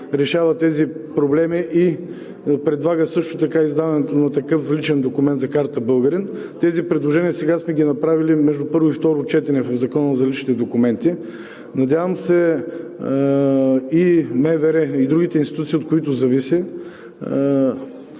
решава тези проблеми, и също така предлага издаването на такъв личен документ – „карта българин“. Тези предложения сме ги направили между първо и второ четене на Закона за личните документи. Надявам се, че и МВР, и другите институции, от които зависи,